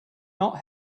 not